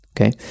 okay